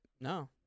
No